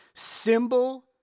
Symbol